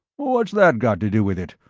what's that got to do with it?